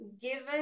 given